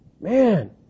Man